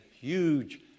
huge